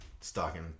Stalking